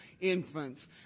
infants